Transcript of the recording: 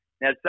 Now